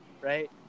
right